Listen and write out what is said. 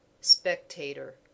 spectator